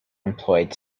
employed